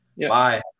Bye